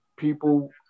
People